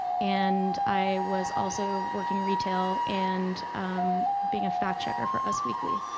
and i was also working retail and being a fact checker for us weekly,